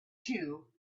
two